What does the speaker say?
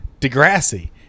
Degrassi